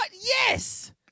Yes